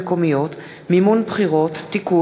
איסור קבלת ביטחונות מעובד (תיקון,